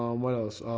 um what else